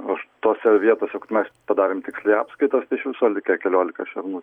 už tose vietose kur mes padarėm tiksliai apskaitas tai iš viso likę keliolika šernų